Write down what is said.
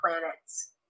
planets